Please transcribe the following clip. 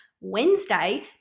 Wednesday